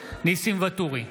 ניסים ואטורי,